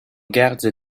garde